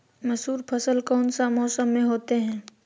मसूर फसल कौन सा मौसम में होते हैं?